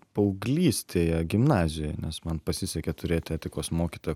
paauglystėje gimnazijoj nes man pasisekė turėti etikos mokytoją